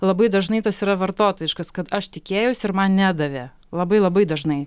labai dažnai tas yra vartotojiškas kad aš tikėjausi ir man nedavė labai labai dažnai